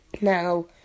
Now